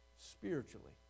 spiritually